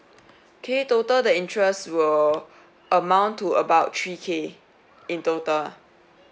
K total the interests will amount to about three K in total ah